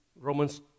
Romans